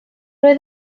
oedd